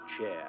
chair